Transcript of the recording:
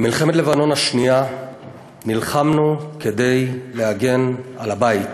במלחמת לבנון השנייה נלחמנו כדי להגן על הבית.